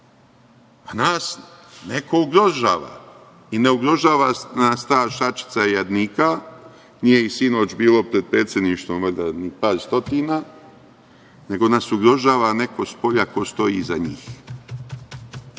neko ugrožava. Ne ugrožava nas ta šačica jadnika, nije ih sinoć bilo pred predsedništvom valjda ni par stotina, nego nas ugrožava neko spolja ko stoji iza njih,